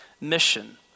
mission